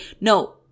no